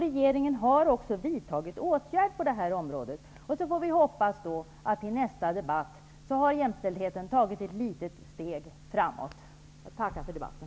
Regeringen har också vidtagit åtgärder på detta område. Vi får hoppas att jämställdheten till nästa debatt har tagit ett litet steg framåt. Jag tackar för debatten.